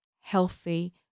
healthy